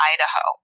Idaho